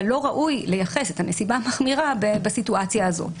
אבל לא ראוי לייחס את הנסיבה המחמירה בסיטואציה הזאת.